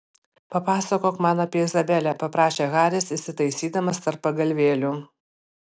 papasakok man apie izabelę paprašė haris įsitaisydamas tarp pagalvėlių